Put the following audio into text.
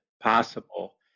possible